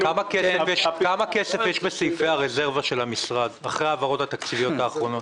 כמה כסף יש בסעיפי הרזרבה של המשרד אחרי ההעברות התקציביות האחרונות?